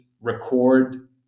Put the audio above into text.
record